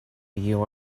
you